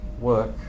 work